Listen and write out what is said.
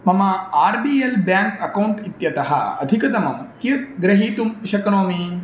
मम R B L bank account इत्यतः अधिकतमं कियत् गृहीतुं शक्नोमि